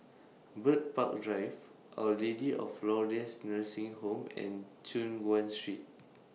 Bird Park Drive Our Lady of Lourdes Nursing Home and Choon Guan Street